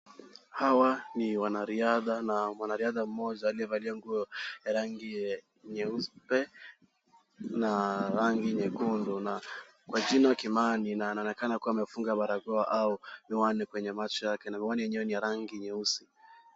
Hawa ni wanariadha na mwanariadha mmoja aliyevalia nguo ya rangi nyeupe na rangi nyekundu kwa na jina Kimani na anaonekana kuwa amefunga barakoa au miwani kwenye macho yake, na miwani yenyewe ni ya rangi nyeusi.